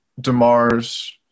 DeMar's